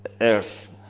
earth